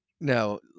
now